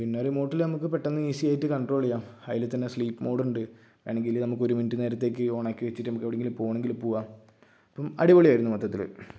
പിന്നെ റിമോട്ടില് നമുക്ക് പെട്ടന്ന് ഈസിയായിട്ട് കൺട്രോളു ചെയ്യാം അതില് തന്നെ സ്ലീപ്പ് മോഡുണ്ട് വേണമെങ്കില് നമുക്ക് ഒരു മിനുട്ട് നേരത്തേക്ക് ഒണാക്കി വെച്ചിട്ട് നമുക്കെവിടെങ്കിലും പോകണമെങ്കിൽ പോകാം അപ്പം അടിപൊളിയായിരുന്നു മൊത്തത്തില്